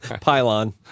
pylon